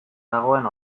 dagoen